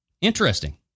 interesting